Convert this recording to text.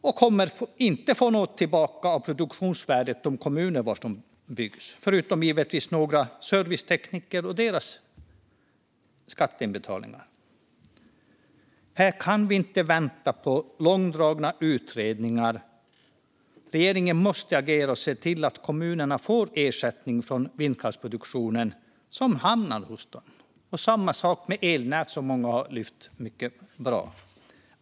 Och kommunerna får inte något tillbaka av produktionsvärdet, förutom givetvis från några servicetekniker och deras skatteinbetalningar. Vi kan inte vänta på långdragna utredningar. Regeringen måste agera och se till att kommunerna får ersättning för vindkraftsproduktion som hamnar hos dem. Samma sak gäller elnät, vilket många har lyft fram.